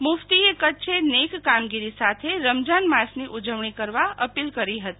મુફતી એ કચ્છે નેક કામગીરી સાથે રમજાન માસની ઉજવણી કરવા અપીલ કરી હતી